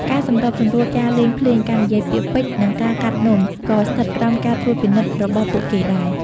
ការសម្របសម្រួលការលេងភ្លេង ការនិយាយពាក្យពេចន៍ និងការកាត់នំក៏ស្ថិតក្រោមការត្រួតពិនិត្យរបស់ពួកគេដែរ។